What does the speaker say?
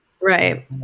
Right